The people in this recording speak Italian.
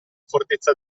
fortezza